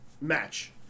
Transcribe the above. match